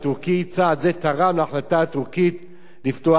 צעד זה תרם להחלטה הטורקית לפתוח בטבח.